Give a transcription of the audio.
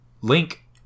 Link